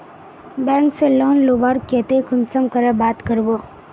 Bank से loan लुबार केते कुंसम करे बात करबो?